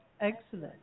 Excellent